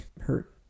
hurt